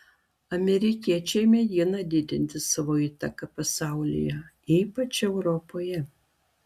amerikiečiai mėgina didinti savo įtaką pasaulyje ypač europoje